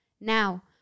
Now